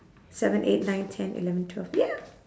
seven eight nine ten eleven twelve ya